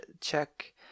check